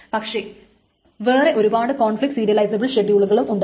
പക്ഷേ വേറെ ഒരുപാട് കോൺഫ്ലിക്റ്റ് സീരിയലിസബിൾ ഷെഡ്യൂളുകളും ഉണ്ട്